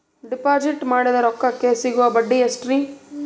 Deposit ಮಾಡಿದ ರೊಕ್ಕಕೆ ಸಿಗುವ ಬಡ್ಡಿ ಎಷ್ಟ್ರೀ?